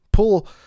Pull